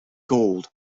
gold